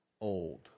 old